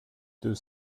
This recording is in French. deux